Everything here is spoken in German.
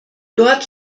dort